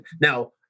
Now